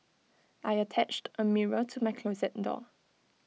I attached A mirror to my closet door